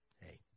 Hey